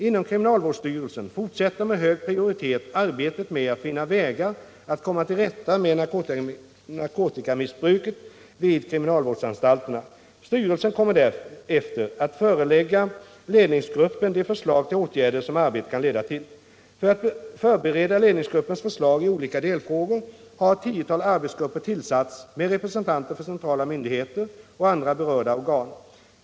Inom kriminalvårdsstyrelsen fortsätter med hög prioritet arbetet med att finna vägar att komma till rätta med narkotikamissbruket vid kriminalvårdsanstalterna. Styrelsen kommer därefter att förelägga ledningsgruppen de förslag till åtgärder som arbetet kan leda till. För att förbereda ledningsgruppens förslag i olika delfrågor har ett tiotal arbetsgrupper tillsatts med representanter för centrala myndigheter och andra berörda organ.